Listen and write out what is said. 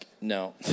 no